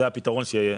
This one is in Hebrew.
זה הפתרון שנדרש.